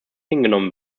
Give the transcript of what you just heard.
hingenommen